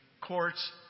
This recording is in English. courts